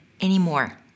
anymore